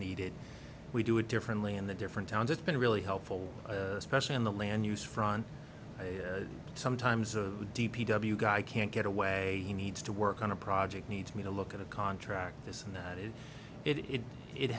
needed we do it differently in the different towns it's been really helpful especially on the land use front sometimes of the d p w guy can't get away he needs to work on a project needs me to look at a contract this and that is it it